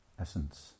essence